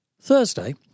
Thursday